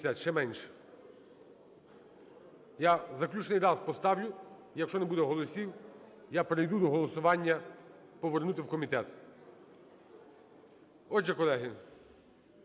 Ще менше. Я в заключний раз поставлю, якщо не буде голосів, я перейду до голосування повернути в комітет. Отже, колеги,